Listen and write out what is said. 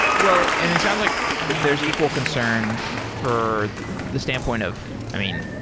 well, and it sounds like there's equal concern for the standpoint of i mean,